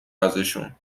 ازشون